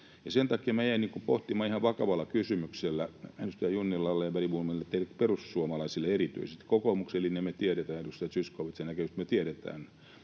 Sen takia minä jäin pohtimaan ihan vakavalla kysymyksellä edustaja Junnilalle ja Berg-bomille eli teille perussuomalaisille erityisesti... Kokoomuksen linja me tiedetään, edustaja Zyskowiczin näkemys me tiedetään: